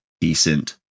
decent